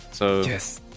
Yes